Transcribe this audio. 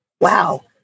wow